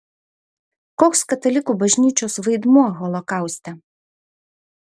koks katalikų bažnyčios vaidmuo holokauste